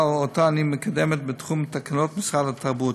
שאני מקדמת בתחום תקנות משרד התרבות.